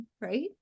right